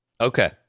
Okay